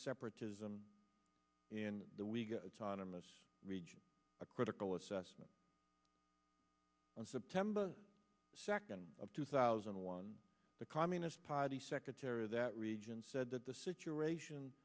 separatism in the week on a miss region a critical assessment on september second of two thousand and one the communist party secretary of that region said that the situation